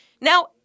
Now